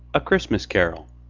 a christmas carol,